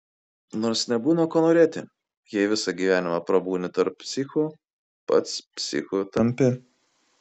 nors nebūna ko norėti jei visą gyvenimą prabūni tarp psichų pats psichu tampi